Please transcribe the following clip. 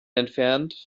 entfernt